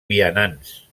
vianants